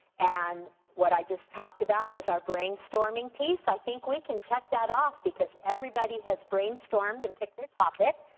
and what i just talked about was our brainstorming piece. i think we can check that off because everybody has brainstormed and picked their topic.